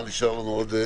מה עוד נשאר לנו.